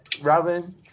Robin